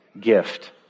gift